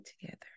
together